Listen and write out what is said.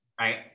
Right